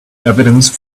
evidence